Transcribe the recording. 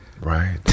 Right